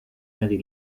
medi